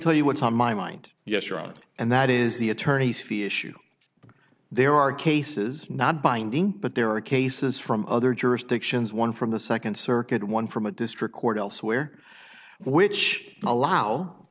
tell you what's on my mind yes your honor and that is the attorney's fees shoe there are cases not binding but there are cases from other jurisdictions one from the second circuit one from a district court elsewhere which allow